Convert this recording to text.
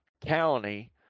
county